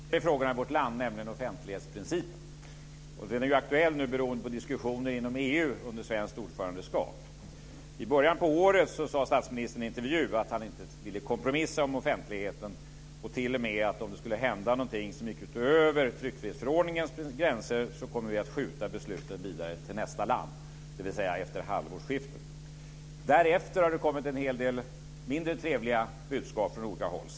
Fru talman! Jag skulle vilja ställa en fråga till statsministern. Det gäller en av de viktigare frågorna i vårt land, nämligen offentlighetsprincipen. Den är nu aktuell beroende på diskussioner inom EU under svenskt ordförandeskap. I början av året sade statsministern i en intervju att han inte ville kompromissa om offentligheten. Han sade t.o.m. att om det skulle hända någonting som gick utöver tryckfrihetsförordningens gränser kommer vi att skjuta beslutet vidare till nästa land, dvs. Därefter har det kommit en hel del mindre trevliga budskap från olika håll.